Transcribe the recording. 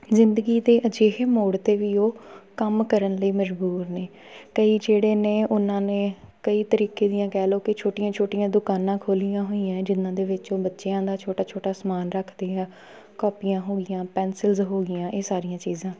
ਜ਼ਿੰਦਗੀ ਦੇ ਅਜਿਹੇ ਮੋੜ 'ਤੇ ਵੀ ਉਹ ਕੰਮ ਕਰਨ ਲਈ ਮਜਬੂਰ ਨੇ ਕਈ ਜਿਹੜੇ ਨੇ ਉਹਨਾਂ ਨੇ ਕਈ ਤਰੀਕੇ ਦੀਆਂ ਕਹਿ ਲਓ ਕਿ ਛੋਟੀਆਂ ਛੋਟੀਆਂ ਦੁਕਾਨਾਂ ਖੋਲੀਆਂ ਹੋਈਆਂ ਜਿਨ੍ਹਾਂ ਦੇ ਵਿੱਚ ਉਹ ਬੱਚਿਆਂ ਦਾ ਛੋਟਾ ਛੋਟਾ ਸਮਾਨ ਰੱਖਦੇ ਹੈ ਕਾਪੀਆਂ ਹੋ ਗਈਆਂ ਪੈਂਸਿਲਜ਼ ਹੋ ਗਈਆਂ ਇਹ ਸਾਰੀਆਂ ਚੀਜ਼ਾਂ